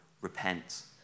repent